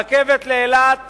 הרכבת לאילת